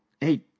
hey